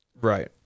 Right